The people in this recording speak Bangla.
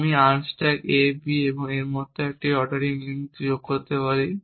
আমি unstack a b এবং এই মত এর মধ্যে একটি অর্ডারিং লিঙ্ক যোগ করতে পারি